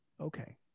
Okay